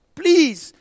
please